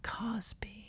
Cosby